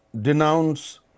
denounce